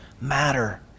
matter